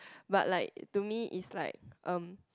but like to me is like erm